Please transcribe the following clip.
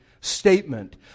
statement